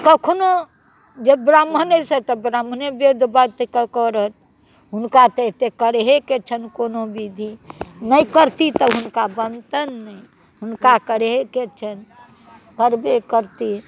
कखनो जे ब्राह्मण अइ से तऽ ब्राम्हणे वेद बाजि कऽ करत हुनका तऽ एतेक करहेके छनि कोनो विधि नहि करती तऽ हुनका बनतनि नहि हुनका करहेके छनि करबे करती